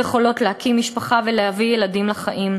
לא יכולות להקים משפחה ולהביא ילדים לעולם.